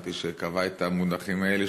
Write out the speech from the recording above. שהבנתי שקבע את המונחים האלה,